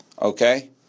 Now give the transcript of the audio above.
Okay